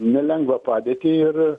nelengvą padėtį ir